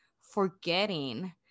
forgetting